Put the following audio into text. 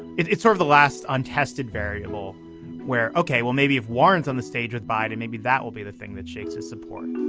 it's sort of the last untested variable where ok well maybe if warren's on the stage with biden maybe that will be the thing that shakes his support